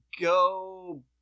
go